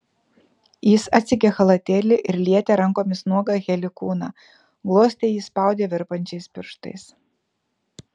jis atsegė chalatėlį ir lietė rankomis nuogą heli kūną glostė jį spaudė virpančiais pirštais